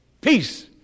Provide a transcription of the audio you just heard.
peace